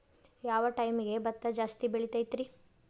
ಯಾವ ಟೈಮ್ಗೆ ಭತ್ತ ಜಾಸ್ತಿ ಬೆಳಿತೈತ್ರೇ?